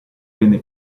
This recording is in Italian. venne